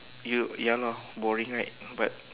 you ya lor boring right but